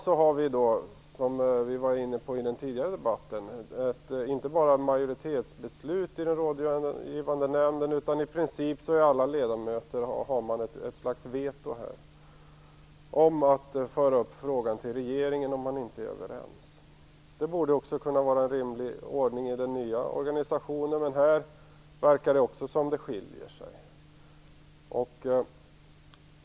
Som vi tidigare var inne på fattar man i dag inte bara majoritetsbeslut i den rådgivande nämnden, utan i princip har alla ledamöter ett slags veto som innebär att man kan föra frågan vidare till regeringen om man inte är överens. Det borde också kunna vara en rimlig ordning i den nya organisation, men det verkar som om det även här finns en skillnad.